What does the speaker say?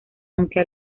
aunque